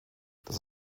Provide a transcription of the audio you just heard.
das